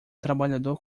trabalhador